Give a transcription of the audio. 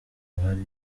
ahari